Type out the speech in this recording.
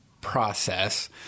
process